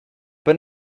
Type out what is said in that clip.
but